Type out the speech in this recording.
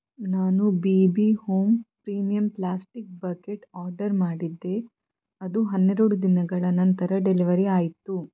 ನಾನು B B home premium plastic bucket order ಮಾಡಿದ್ದೆ ಅದು ಹನ್ನೆರಡು ದಿನಗಳ ನಂತರ ಡೆಲಿವರಿ ಆಯಿತು